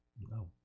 No